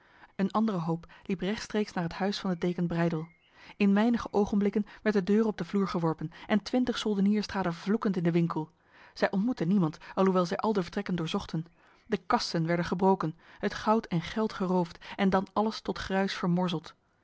een andere hoop liep rechtstreeks naar het huis van de deken breydel in weinig ogenblikken werd de deur op de vloer geworpen en twintig soldeniers traden vloekend in de winkel zij ontmoetten niemand alhoewel zij al de vertrekken doorzochten de kasten werden gebroken het goud en geld geroofd en dan alles tot gruis vermorzeld